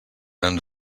ens